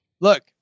look